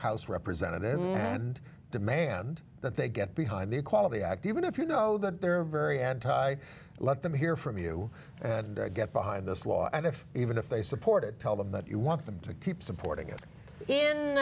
house representative and demand that they get behind the equality act even if you know that there are very anti let them hear from you and get behind this law and if even if they supported tell them that you want them to keep supporting it in